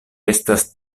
estas